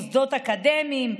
מוסדות אקדמיים,